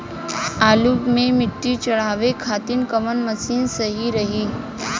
आलू मे मिट्टी चढ़ावे खातिन कवन मशीन सही रही?